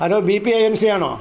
hello B P ഏജൻസിയാണോ